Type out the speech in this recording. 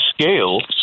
scale